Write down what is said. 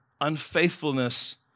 unfaithfulness